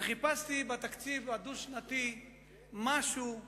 וחיפשתי בתקציב הדו-שנתי משהו,